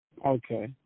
Okay